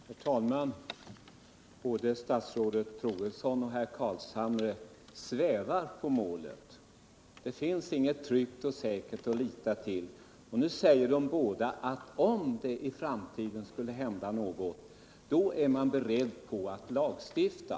Herr talman! Både statsrådet Troedsson och Nils Carlshamre svävar på målet. Det finns inte något som är tryggt och säkert att lita till. Nu säger de båda, att om det i framtiden skulle hända något, så är man beredd att lagstifta.